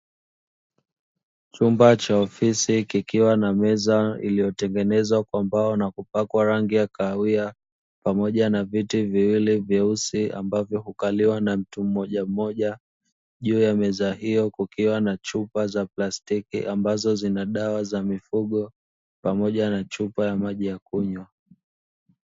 Chumba cha ofisi kikiwa na meza iliyotengenezwa kwa mbao na kupakwa rangi ya kahawia, pamoja na viti viwili vyeusi ambavyo hukaliwa na mtu mmoja mmoja. Juu ya meza hiyo kukiwa na chupa za plastiki ambazo zina dawa za mifugo, pamoja na chupa ya maji ya kunywa.